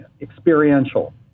experiential